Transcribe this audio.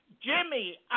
Jimmy